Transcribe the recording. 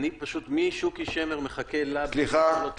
אני פשוט מאז שוקי שמר מחכה לה כדי לשאול אותה שאלה.